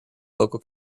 local